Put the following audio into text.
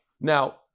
Now